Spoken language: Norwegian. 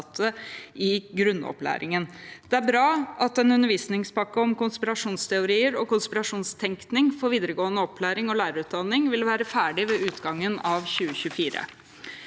i grunnopplæringen. Det bra at en undervisningspakke om konspirasjonsteorier og konspirasjonstenkning for videregående opplæring og lærerutdanning vil være ferdig ved utgangen av 2024.